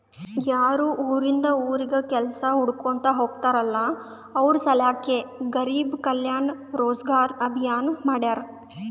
ಯಾರು ಉರಿಂದ್ ಉರಿಗ್ ಕೆಲ್ಸಾ ಹುಡ್ಕೋತಾ ಹೋಗ್ತಾರಲ್ಲ ಅವ್ರ ಸಲ್ಯಾಕೆ ಗರಿಬ್ ಕಲ್ಯಾಣ ರೋಜಗಾರ್ ಅಭಿಯಾನ್ ಮಾಡ್ಯಾರ್